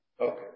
Okay